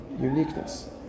uniqueness